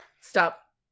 stop